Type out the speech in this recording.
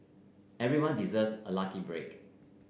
everyone deserves a lucky break